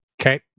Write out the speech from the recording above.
Okay